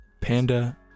Panda